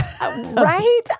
Right